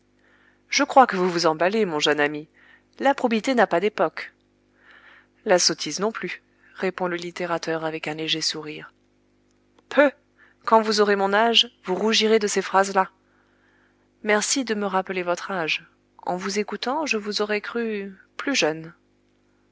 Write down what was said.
je crois que vous vous emballez mon jeune ami la probité n'a pas d'époque la sottise non plus répond le littérateur avec un léger sourire peuh quand vous aurez mon âge vous rougirez de ces phrases là merci de me rappeler votre âge en vous écoutant je vous aurais cru plus jeune